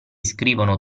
scrivono